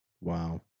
wow